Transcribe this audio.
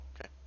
Okay